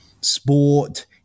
sport